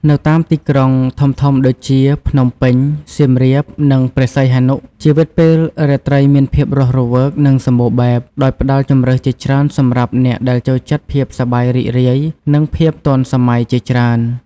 នៅតាមទីក្រុងធំៗដូចជា ភ្នំពេញ សៀមរាប និងព្រះសីហនុ ជីវិតពេលរាត្រីមានភាពរស់រវើក និងសម្បូរបែប ដោយផ្ដល់ជម្រើសជាច្រើនសម្រាប់អ្នកដែលចូលចិត្តភាពសប្បាយរីករាយ និងភាពទាន់សម័យជាច្រើន ។